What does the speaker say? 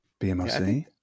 BMOC